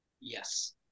Yes